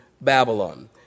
Babylon